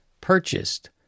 purchased